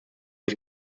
ich